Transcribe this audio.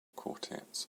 quartets